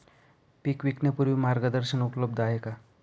पीक विकण्यापूर्वी मार्गदर्शन उपलब्ध आहे का?